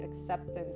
acceptance